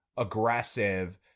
aggressive